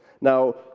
Now